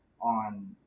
on